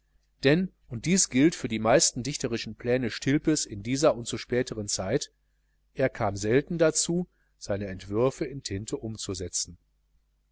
denn und dies gilt für die meisten dichterischen pläne stilpes in dieser und späteren zeit er kam selten dazu seine entwürfe in tinte umzusetzen